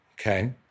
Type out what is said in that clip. Okay